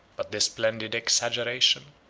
but this splendid exaggeration,